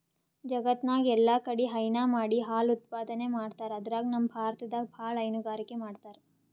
ಜಗತ್ತ್ನಾಗ್ ಎಲ್ಲಾಕಡಿ ಹೈನಾ ಮಾಡಿ ಹಾಲ್ ಉತ್ಪಾದನೆ ಮಾಡ್ತರ್ ಅದ್ರಾಗ್ ನಮ್ ಭಾರತದಾಗ್ ಭಾಳ್ ಹೈನುಗಾರಿಕೆ ಮಾಡ್ತರ್